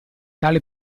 tale